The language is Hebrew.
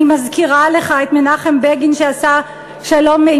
אני מזכירה לך את מנחם בגין שעשה שלום עם